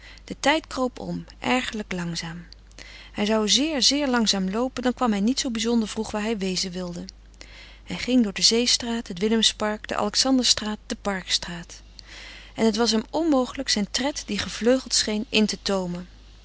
de tijd kroop om ergerlijk langzaam hij zou zeer zeer langzaam loopen dan kwam hij niet zoo bizonder vroeg waar hij wezen wilde hij ging door de zeestraat het willemspark de alexanderstraat de parkstraat en het was hem onmogelijk zijn tred die gevleugeld scheen in te toomen